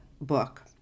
book